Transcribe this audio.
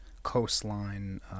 coastline